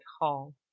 hall